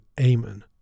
amen